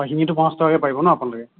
অঁ শিঙিটো পঞ্চাছ টকাকৈ পাৰিব ন আপোনালোকে